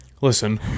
Listen